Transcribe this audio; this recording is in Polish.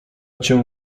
cię